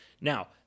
Now